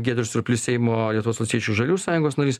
giedrius surplys seimo lietuvos valstiečių žaliųjų sąjungos narys